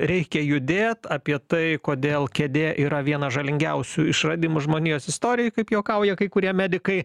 reikia judėt apie tai kodėl kėdė yra vienas žalingiausių išradimų žmonijos istorijoj kaip juokauja kai kurie medikai